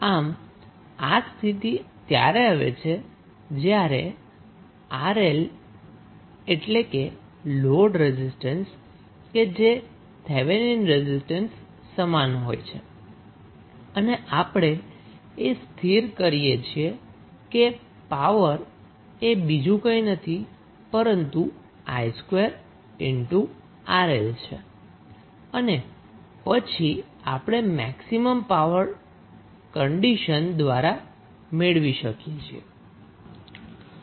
આમ આ સ્થિતિ ત્યારે આવે છે જ્યારે 𝑅𝐿 એટલે કે લોડ રેઝિસ્ટન્સકે જે થેવેનિન રેઝિસ્ટન્સની સમાન હોય છે અને આપણે એ સ્થિર કરીએ છીએ કે પાવર એ બીજું કંઈ નથી પરંતુ 𝑖2𝑅𝐿 છે અને પછી આપણે મેક્સિમમપાવર ટ્રાન્સફર કન્ડીશન દ્વારા મેળવી શકીએ છીએ